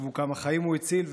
תחשבו כמה חיים הוא הציל,